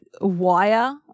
wire